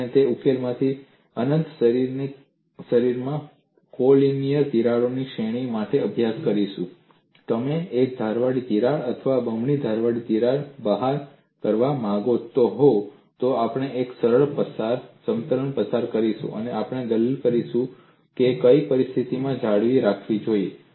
આપણે તે ઉકેલમાંથી અનંત શરીરમાં કોલિનિયર તિરાડોની શ્રેણી માટે અભ્યાસ કરીશું જો તમે એક ધારવાળી તિરાડ અથવા બમણી ધારવાળી તિરાડ બહાર કરવા માંગતા હો તો આપણે એક સમતલ પસાર કરીશું અને આપણે દલીલ કરીશું કે કઈ પરિસ્થિતિને જાળવી રાખવી જોઈએ